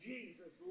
Jesus